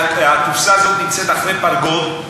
שהקופסה הזאת נמצאת שם מאחורי פרגוד,